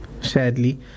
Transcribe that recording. sadly